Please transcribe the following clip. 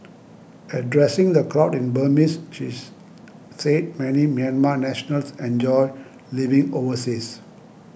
addressing the crowd in Burmese she's said many Myanmar nationals enjoy living overseas